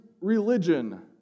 religion